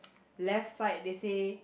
left side they say